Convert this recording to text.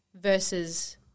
versus